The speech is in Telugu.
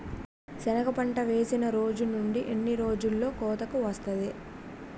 సెనగ పంట వేసిన రోజు నుండి ఎన్ని రోజుల్లో కోతకు వస్తాది?